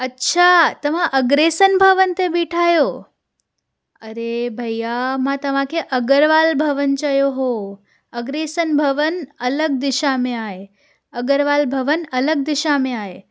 अच्छा तव्हां अग्रेसन भवन ते बीठा आहियो अरे भइया मां तव्हांखे अग्रवाल भवन चयो हुओ अग्रेसन भवन अलॻि दिशा में आहे अग्रवाल भवन अलॻि दिशा में आहे